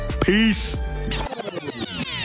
Peace